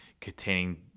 containing